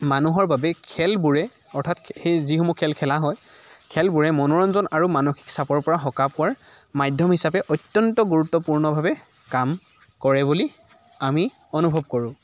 মানুহৰ বাবে খেলবোৰে অৰ্থাত সেই যিসমূহ খেল খেলা হয় খেলবোৰে মনোৰঞ্জন আৰু মানসিক চাপৰ পৰা সকাহ পোৱাৰ মাধ্যম হিচাপে অত্যন্ত গুৰুত্বপূৰ্ণভাৱে কাম কৰে বুলি আমি অনুভৱ কৰোঁ